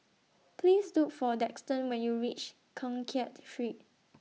Please Look For Daxton when YOU REACH Keng Kiat Street